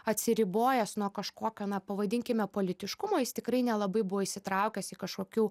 atsiribojęs nuo kažkokio na pavadinkime politiškumo jis tikrai nelabai buvo įsitraukęs į kažkokių